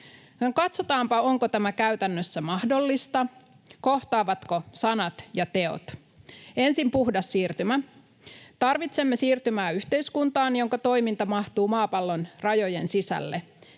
Katsotaanpa, onko tämä käytännössä mahdollista, kohtaavatko sanat ja teot. Ensin puhdas siirtymä. Tarvitsemme siirtymää yhteiskuntaan, jonka toiminta mahtuu maapallon rajojen sisälle,